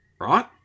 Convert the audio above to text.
right